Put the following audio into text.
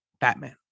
Batman